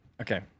Okay